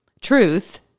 truth